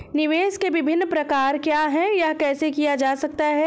निवेश के विभिन्न प्रकार क्या हैं यह कैसे किया जा सकता है?